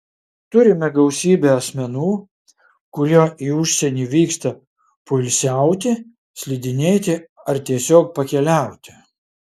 turime gausybę asmenų kurie į užsienį vyksta poilsiauti slidinėti ar tiesiog pakeliauti